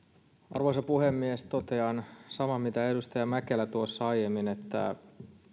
arvoisa puhemies totean saman mitä edustaja mäkelä tuossa aiemmin että